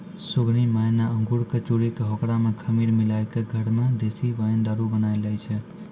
सुगनी माय न अंगूर कॅ चूरी कॅ होकरा मॅ खमीर मिलाय क घरै मॅ देशी वाइन दारू बनाय लै छै